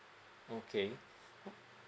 okay